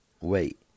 Wait